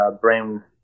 brain